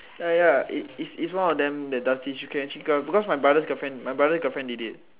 ya ya its is is one of them that does this you can actually because my brother girlfriend my brother's girlfriend did it